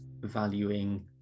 valuing